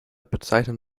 bezeichnet